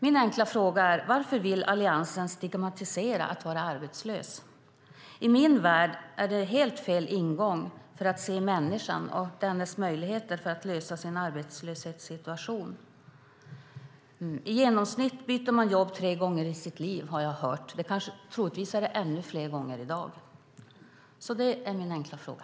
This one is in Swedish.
Min enkla fråga är: Varför vill Alliansen stigmatisera dem som är arbetslösa? I min värld är det helt fel ingång för att se människan och dennas möjligheter att lösa sin arbetslöshetssituation. I genomsnitt byter man jobb tre gånger i sitt liv, har jag hört. Troligtvis är det ännu fler gånger i dag. Varför vill Alliansen stigmatisera dem som är arbetslösa? Det är alltså min enkla fråga.